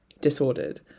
disordered